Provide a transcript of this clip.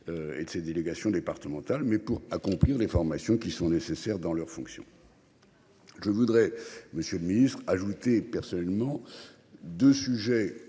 Et de ses délégations départementales mais pour accomplir les formations qui sont nécessaires dans leurs fonctions. Je voudrais, Monsieur le Ministre ajouté personnellement de sujets complémentaire